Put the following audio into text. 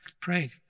pray